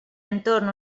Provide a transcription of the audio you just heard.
entorn